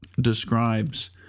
describes